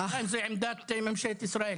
האם זאת עמדת ממשלת ישראל?